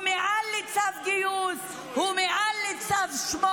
הוא מעל לצו גיוס, הוא מעל לצו 8,